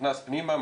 נכנס פנימה,